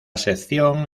sección